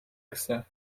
kısa